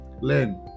learn